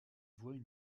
voient